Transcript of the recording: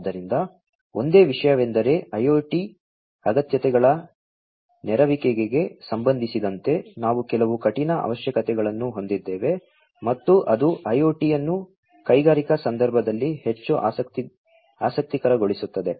ಆದ್ದರಿಂದ ಒಂದೇ ವಿಷಯವೆಂದರೆ IoT ಅಗತ್ಯತೆಗಳ ನೆರವೇರಿಕೆಗೆ ಸಂಬಂಧಿಸಿದಂತೆ ನಾವು ಕೆಲವು ಕಠಿಣ ಅವಶ್ಯಕತೆಗಳನ್ನು ಹೊಂದಿದ್ದೇವೆ ಮತ್ತು ಅದು IoT ಅನ್ನು ಕೈಗಾರಿಕಾ ಸಂದರ್ಭದಲ್ಲಿ ಹೆಚ್ಚು ಆಸಕ್ತಿಕರಗೊಳಿಸುತ್ತದೆ